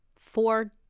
four